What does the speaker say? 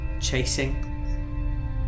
chasing